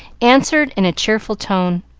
answered in a cheerful tone,